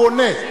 הוא עונה.